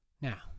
Now